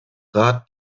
rat